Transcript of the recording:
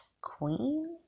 Queen